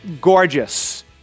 gorgeous